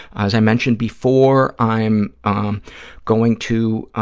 as i mentioned before, i'm um going to